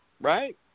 right